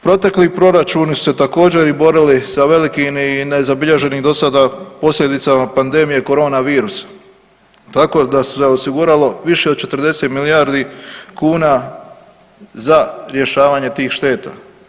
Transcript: Protekli proračuni su se također borili sa velikim i nezabilježenim do sada posljedicama pandemija Korona virusa, tako da se osiguralo više od 40 milijardi kuna za rješavanje tih šteta.